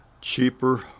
cheaper